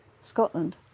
Scotland